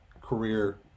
career